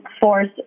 force